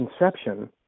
inception